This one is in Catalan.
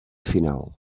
final